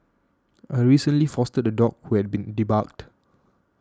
I recently fostered a dog who had been debarked